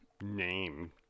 name